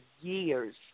years